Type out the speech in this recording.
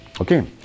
okay